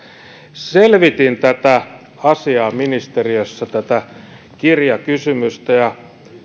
selvitin tätä asiaa ministeriössä tätä kirjakysymystä ja